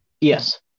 Yes